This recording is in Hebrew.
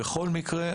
בכל מקרה,